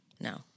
no